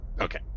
Okay